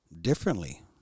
differently